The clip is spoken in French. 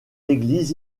églises